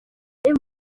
ati